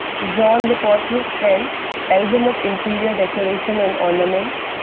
jean le pautre french album of interior decoration and ornament,